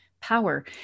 power